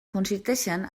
consisteixen